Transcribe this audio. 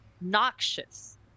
noxious